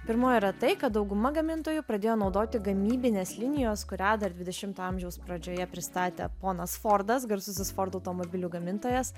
pirmoji yra tai kad dauguma gamintojų pradėjo naudoti gamybinės linijos kurią dar dvidešimto amžiaus pradžioje pristatė ponas fordas garsusis ford automobilių gamintojas